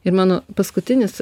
ir mano paskutinis